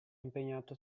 impegnato